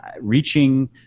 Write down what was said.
reaching